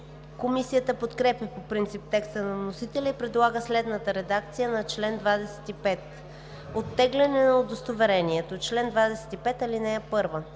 Комисията подкрепя по принцип текста на вносителя и предлага следната редакция на чл. 25: „Оттегляне на удостоверението Чл. 25. (1) Съдът